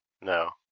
No